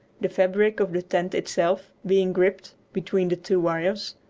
the fabric of the tent itself being gripped between the two wires,